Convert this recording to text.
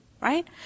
Right